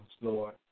Lord